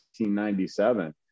1997